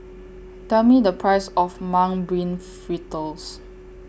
Tell Me The Price of Mung Bean Fritters